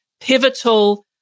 pivotal